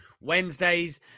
Wednesdays